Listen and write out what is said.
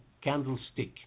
candlestick